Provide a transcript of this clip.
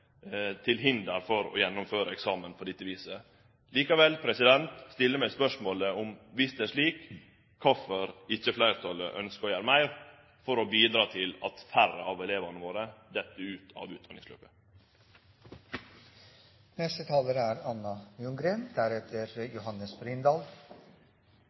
til hinder for å gjennomføre eksamen på dette viset. Då stiller eg meg spørsmålet: Dersom det er slik, kvifor ønskjer ikkje fleirtalet å gjere meir for å bidra til at færre av elevane våre fell ut av